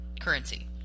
currency